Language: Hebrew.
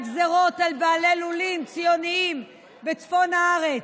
גזרות על בעלי לולים ציונים בצפון הארץ,